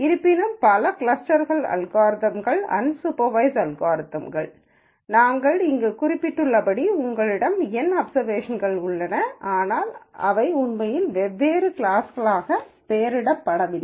இருப்பினும் பல க்ளஸ்டரிங் அல்காரிதம்கள் அன்சூப்பர்வய்ஸ்ட் அல்காரிதம்கள் நாங்கள் இங்கு குறிப்பிட்டுள்ளபடி உங்களிடம் N அப்சர்வேஷன்கள் உள்ளன ஆனால் அவை உண்மையில் வெவ்வேறு கிளாஸ்களாக பெயரிடப்படவில்லை